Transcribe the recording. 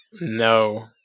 No